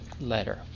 letter